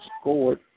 scored